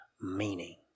meaning